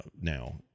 now